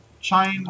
China